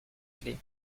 clés